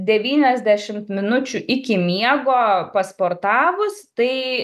devyniasdešimt minučių iki miego pasportavus tai